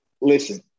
Listen